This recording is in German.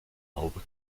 haube